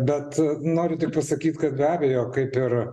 bet noriu tik pasakyt kad be abejo kaip ir